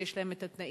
יש להם את התנאים,